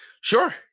Sure